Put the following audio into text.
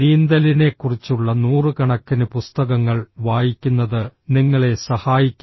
നീന്തലിനെക്കുറിച്ചുള്ള നൂറുകണക്കിന് പുസ്തകങ്ങൾ വായിക്കുന്നത് നിങ്ങളെ സഹായിക്കില്ല